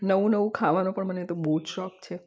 નવું નવું ખાવાનો પણ મને તો બહુ જ શોખ છે